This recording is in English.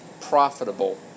profitable